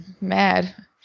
mad